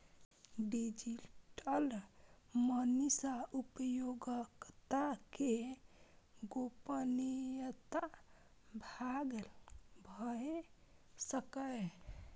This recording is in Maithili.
डिजिटल मनी सं उपयोगकर्ता के गोपनीयता भंग भए सकैए